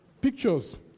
Pictures